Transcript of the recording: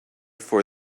for